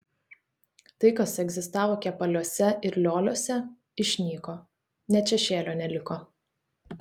tai kas egzistavo kepaliuose ir lioliuose išnyko net šešėlio neliko